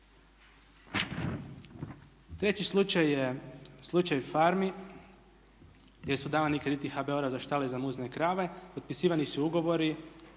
Treći slučaj je slučaj farmi gdje su davani krediti HBOR-a za štale i muzne krave, potpisivani su ugovori,